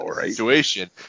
situation